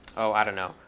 oh, i don't know,